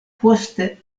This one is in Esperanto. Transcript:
poste